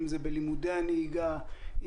אם זה בלימודי הנהיגה,